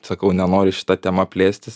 sakau nenoriu šita tema plėstis